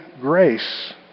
grace